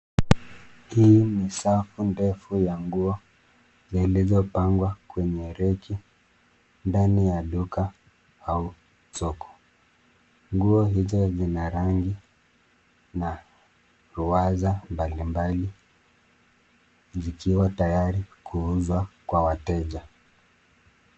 Hii ni safu ndefu ya nguo zilizopangwa kwenye reki ndani ya duka au soko. Nguo hizo zina rangi na ruwaza mbali mbali zikiwa tayari kuuzwa kwa wateja.